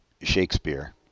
shakespeare